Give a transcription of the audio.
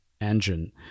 engine